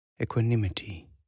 equanimity